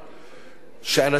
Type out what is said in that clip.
של אנשים שחזרו,